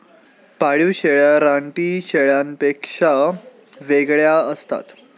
पाळीव शेळ्या रानटी शेळ्यांपेक्षा वेगळ्या असतात